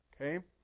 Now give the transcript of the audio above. Okay